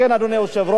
אדוני היושב-ראש,